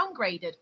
downgraded